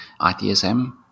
ITSM